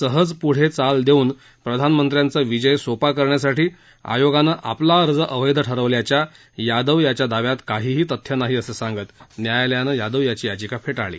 सहज प्ढे चाल देऊन प्रधानमंत्र्यांचा विजय सोपा करण्यासाठी आयोगानं आपला अर्ज अवैध ठरवल्याच्या यादव याच्या दाव्यात काहीही तथ्य नाही असं सांगत न्यायालयानं यादव याची याचिका फेटाळली